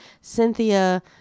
Cynthia